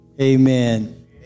Amen